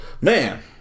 Man